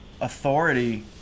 authority